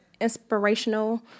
inspirational